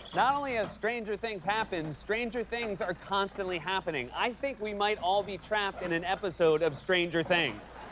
not only have stranger things happened, stranger things are constantly happening. i think we might all be trapped in an episode of stranger things.